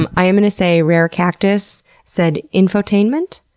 i'm i'm going to say rarecactus said infotainment?